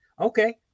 Okay